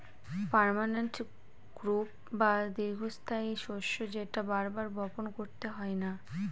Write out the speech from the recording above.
permanent crop বা দীর্ঘস্থায়ী শস্য যেটা বার বার বপন করতে হয় না